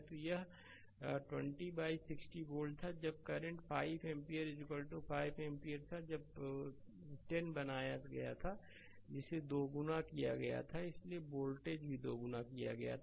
तो यह 20 by 60 volt था जब करंट 5 एम्पीयर 5 एम्पीयर था जब 10 बनाया गया था जिसे दोगुना किया गया था इसलिए वोल्टेज भी दोगुना हो गया था